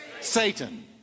Satan